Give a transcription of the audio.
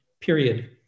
period